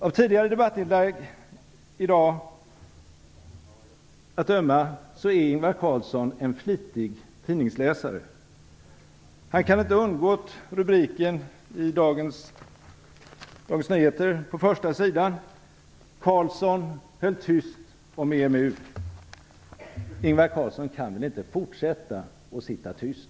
Av tidigare debattinlägg i dag att döma är Ingvar Carlsson en flitig tidningsläsare. Han kan inte ha undgått rubriken på första sidan i Dagens Nyheter: "Carlsson höll tyst om EMU." Ingvar Carlsson kan väl inte fortsätta att sitta tyst?